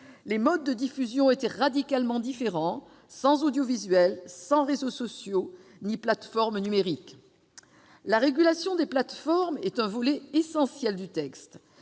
Les modes de diffusion étaient alors radicalement différents, sans audiovisuel, sans réseaux sociaux ni plateformes numériques. La régulation des plateformes est un volet essentiel du texte.